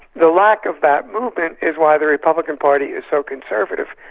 the lack of that movement is why the republican party is so conservative,